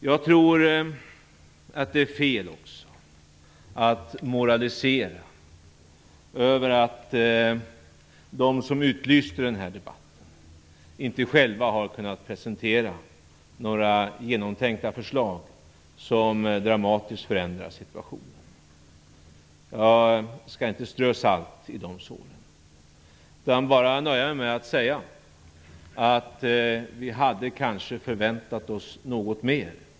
Jag tror att det är fel att moralisera över att de som utlyste den här debatten inte själva har kunnat presentera några genomtänkta förslag som dramatiskt förändrar situationen. Jag skall inte strö salt i det såret, utan jag nöjer mig med att säga att vi kanske hade förväntat oss något mer.